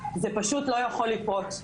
זה פשוט לא יכול לקרות.